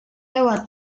lewat